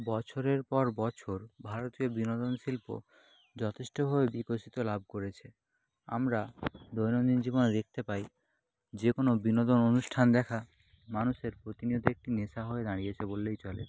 বছরের পর বছর ভারতীয় বিনোদন শিল্প যথেষ্টভাবে বিকশিত লাভ করেছে আমরা দৈনন্দিন জীবনে দেখতে পাই যে কোনো বিনোদন অনুষ্ঠান দেখা মানুষের প্রতিনিয়ত একটি নেশা হয়ে দাঁড়িয়েছে বললেই চলে